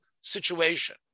situation